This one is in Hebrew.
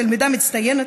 תלמידה מצטיינת,